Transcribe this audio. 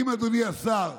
אדוני השר,